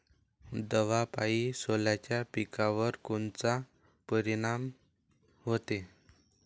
दवापायी सोल्याच्या पिकावर कोनचा परिनाम व्हते?